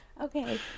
Okay